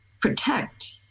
protect